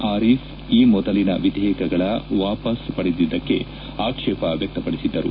ಆರೀಫ್ ಈ ಮೊದಲಿನ ವಿಧೇಯಕಗಳ ವಾಪಾಸ್ ಪಡೆದಿದ್ಲಕ್ಷೆ ಆಕ್ಷೇಪ ವ್ಯಕ್ತಪಡಿಸಿದ್ದರು